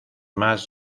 más